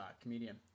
comedian